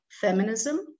feminism